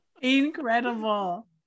Incredible